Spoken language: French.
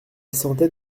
sentait